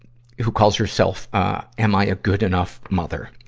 who calls herself ah am i a good enough mother.